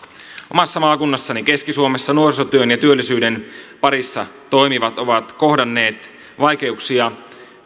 omassa maakunnassani keski suomessa nuorisotyön ja työllisyyden parissa toimivat ovat kohdanneet vaikeuksia